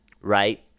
right